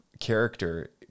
character